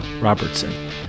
Robertson